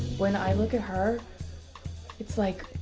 when i look at her it's like